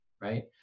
Right